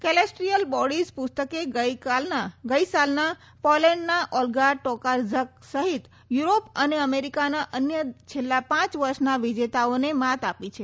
celestial bodies પુસ્તકે ગઈ સાલના પોલેન્ડના ઓલ્ગા ટોકારઝક સહિત યુરોપ અને અમેરિકાના અન્ય છેલ્લા પાંચ વર્ષના વિજેતાઓને માત આપી છે